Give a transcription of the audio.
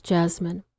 Jasmine